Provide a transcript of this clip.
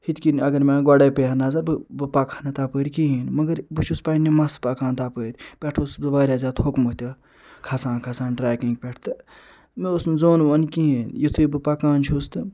ہِتھ کِنۍ اگر مےٚ گۄڈَے پے ہَہ نظر بہٕ بہٕ پکہٕ ہا نہٕ تپٲرۍ کِہیٖنۍ مگر بہٕ چھُس پنٛنہِ مسہِ پکان تپٲرۍ پٮ۪ٹھ اوسُس بہٕ واریاہ زیادٕ تھوٚکمُت تہِ کھسان کھسان ٹرٛیکِنٛگ پٮ۪ٹھ تہٕ مےٚ اوس نہٕ زوٚن ووٚن کِہیٖنۍ یُتھُے بہٕ پکان چھُس تہٕ